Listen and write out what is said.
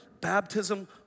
Baptism